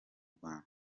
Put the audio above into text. rwanda